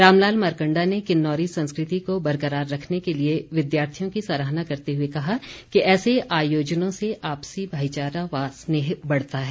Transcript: रामलाल मारकण्डा ने किन्नौरी संस्कृति को बरकरार रखने के लिए विद्यार्थियों की सराहना करते हुए कहा कि ऐसे आयोजनों से आपसी भाईचारा व स्नेह बढ़ता है